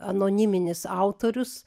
anoniminis autorius